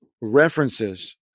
references